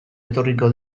etorriko